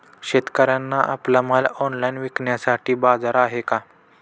शेतकऱ्यांना आपला माल ऑनलाइन विकण्यासाठी बाजार आहे का?